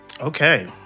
Okay